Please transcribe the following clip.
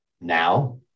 now